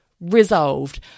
resolved